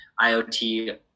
IoT